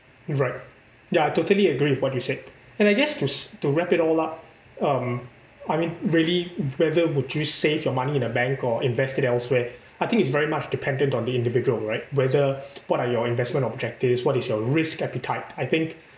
right ya I totally agree with what you said and I guess to s~ to wrap it all up um I mean really whether would you save your money in a bank or invest it elsewhere I think it's very much dependent on the individual right whether what are your investment objectives what is your risk appetite I think